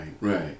right